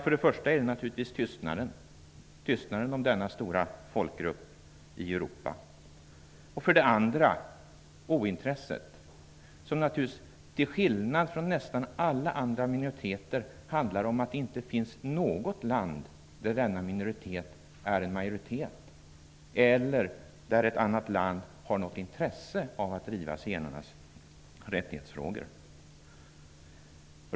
För det första är det naturligtvis på grund av tystnaden om denna stora folkgrupp i Europa. För det andra på grund av ointresset. Till skillnad från nästan alla andra minoriteter finns det inte något land där denna minoritet är en majoritet eller där man har ett intresse av att driva zigenarnas rättighetsfrågor.